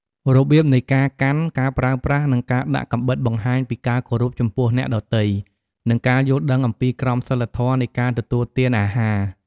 របៀបនៃការកាន់ ការប្រើប្រាស់ និងការដាក់កាំបិតបង្ហាញពីការគោរពចំពោះអ្នកដទៃ និងការយល់ដឹងអំពីក្រមសីលធម៌នៃការទទួលទានអាហារ។